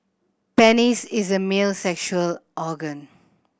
penis is a male's sexual organ